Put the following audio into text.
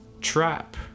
trap